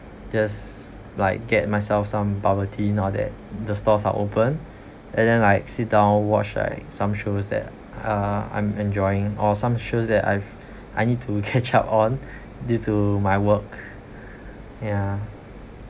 just like get myself some bubble tea now that the stores are open and then like sit down watch like some shows that uh i'm enjoying or some shows that i've I need to catch up on due to my work ya